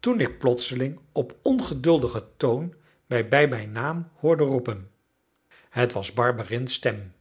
toen ik plotseling op ongeduldigen toon mij bij mijn naam hoorde roepen het was barberins stem